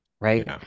Right